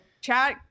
chat